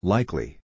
Likely